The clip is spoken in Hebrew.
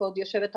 כבוד יושבת הראש,